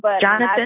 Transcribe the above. Jonathan